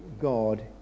God